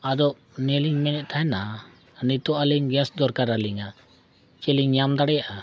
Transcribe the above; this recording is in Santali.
ᱟᱫᱚ ᱱᱤᱭᱟᱹᱞᱤᱧ ᱢᱮᱱᱮᱫ ᱛᱟᱦᱮᱱᱟ ᱱᱤᱛᱳᱜ ᱟᱹᱞᱤᱧ ᱜᱮᱥ ᱫᱚᱨᱠᱟᱨ ᱟᱹᱞᱤᱧᱟ ᱪᱮᱫᱞᱤᱧ ᱧᱟᱢ ᱫᱟᱲᱮᱭᱟᱜᱼᱟ